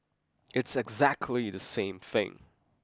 it's exactly the same thing